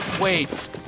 wait